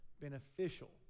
beneficial